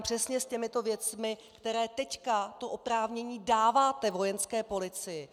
Přesně s těmito věcmi, ke kterým teď to oprávnění dáváte Vojenské policii.